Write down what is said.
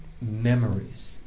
memories